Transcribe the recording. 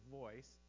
voice